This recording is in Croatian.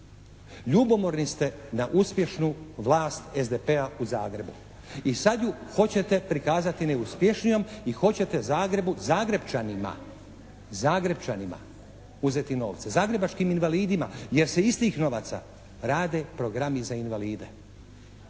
Ljubomorni ste na uspješnu vlast SDP-a u Zagrebu i sad ju hoćete prikazati neuspješnijom i hoćete Zagrebu, Zagrepčanima uzeti novce, zagrebačkim invalidima jer se iz tih novaca rade programi za invalide.